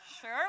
Sure